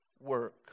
work